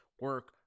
Work